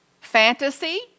Fantasy